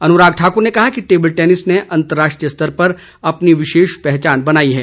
अनुराग ठाक्र ने कहा कि टेबल टेनिस ने अंतर्राष्ट्रीय स्तर पर अपनी विशेष पहचान बनाई है